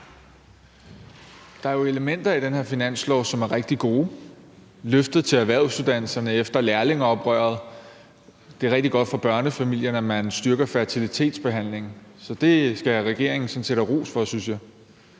Der er jo elementer i den her finanslov, som er rigtig gode. Det gælder løftet til erhvervsuddannelserne efter lærlingeoprøret, og det er rigtig godt for børnefamilierne, at man styrker fertilitetsbehandlingen, så det skal regeringen sådan set have ros for, synes jeg.